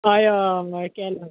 हय हय केला